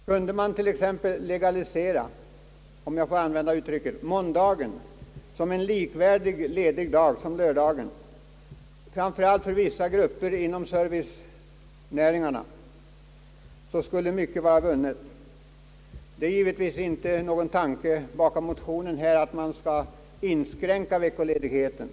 Kunde man legalisera — om jag får använda det uttrycket — t.ex. måndagen som en likvärdig ledig dag för vissa grupper, framför allt inom servicenäringarna, skulle mycket vara vunnet. Bakom motionen finns givetvis inte någon tanke på att man borde inskränka veckoledigheten.